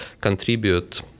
contribute